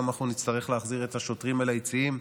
אנחנו גם נצטרך להחזיר את השוטרים אל היציעים.